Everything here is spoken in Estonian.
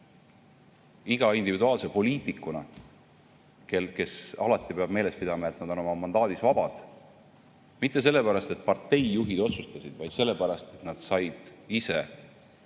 Iga individuaalse poliitikuna, kes alati peab meeles pidama, et nad on oma mandaadis vabad, mitte sellepärast, et parteijuhid otsustasid, vaid sellepärast, et nad said ise jõuda